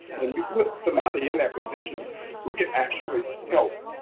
and you put somebody in that position who could actually help.